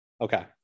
Okay